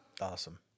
awesome